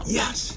yes